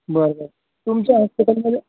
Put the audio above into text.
बर बरं तुमच्या हॉस्पिटलमध्ये